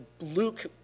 Luke